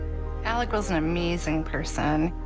alec was an amazing person.